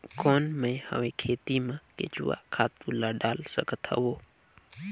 कौन मैं हवे खेती मा केचुआ खातु ला डाल सकत हवो?